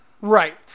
Right